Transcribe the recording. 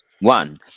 One